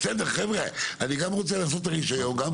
"בסדר, חבר'ה, אני גם רוצה לעשות את הרישיון וגם